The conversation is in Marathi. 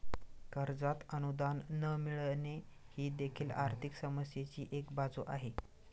कर्जात अनुदान न मिळणे ही देखील आर्थिक समस्येची एक बाजू आहे